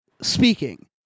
speaking